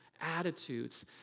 attitudes